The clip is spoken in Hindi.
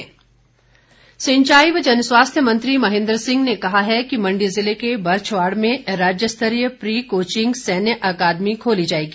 महेन्द्र सिंह सिंचाई व जन स्वास्थ्य मंत्री महेन्द्र सिंह ने कहा है कि मण्डी जिले के बरछवाड़ में राज्यस्तरीय प्री कोचिंग सैन्य अकादमी खोली जाएगी